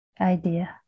idea